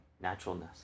naturalness